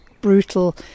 brutal